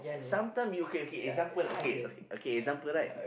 sometime you okay okay example okay okay example right